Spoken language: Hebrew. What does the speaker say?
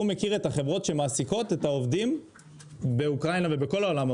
הוא מכיר את החברות שמעסיקות את העובדים באוקראינה ובכל עולם.